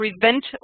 prevent